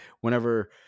whenever